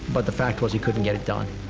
but the fact was, he couldn't get it done.